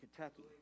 Kentucky